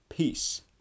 Peace